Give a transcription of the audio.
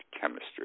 chemistry